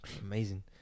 amazing